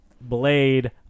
Blade –